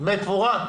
דמי קבורה?